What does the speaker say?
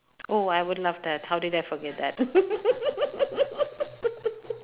oh I would loved that how did I forget that